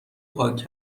پاک